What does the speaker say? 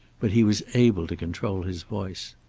but he was able to control his voice.